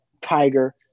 tiger